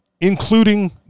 Including